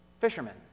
fishermen